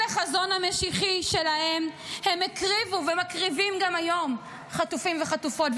החזון המשיחי שלהם הם הקריבו ומקריבים גם היום חטופים וחטופות,